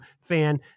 fan